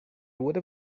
would